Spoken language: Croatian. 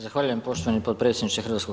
Zahvaljujem poštovani potpredsjedniče HS.